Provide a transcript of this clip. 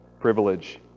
privilege